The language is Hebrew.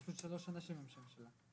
הסכום המקסימלי שמותר לנכות מתגמוליו של